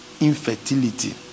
infertility